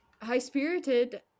high-spirited